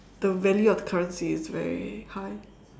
the value of the currency is very high